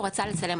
הוא רצה לצלם.